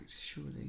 surely